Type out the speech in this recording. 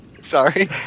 sorry